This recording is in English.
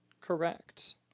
Correct